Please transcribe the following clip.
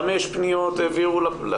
חמש פניות העבירו למקום אחר.